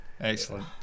Excellent